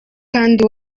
kandi